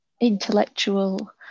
intellectual